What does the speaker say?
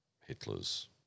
Hitler's